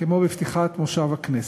כמו בפתיחת מושב הכנסת.